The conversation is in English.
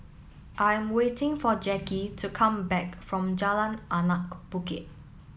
I'm waiting for Jacki to come back from Jalan Anak Bukit